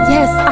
Yes